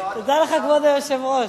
תודה לך, כבוד היושב-ראש.